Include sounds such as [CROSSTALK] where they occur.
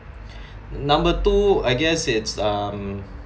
[BREATH] number two I guess it's um